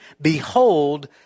Behold